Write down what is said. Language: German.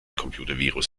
computervirus